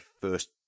first